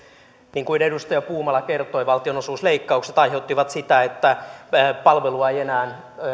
niin kuin edustaja puumala kertoi valtionosuusleikkaukset aiheuttivat sitä että palvelua ei enää